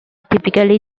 typically